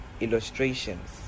illustrations